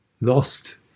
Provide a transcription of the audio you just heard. lost